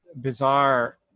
bizarre